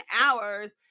hours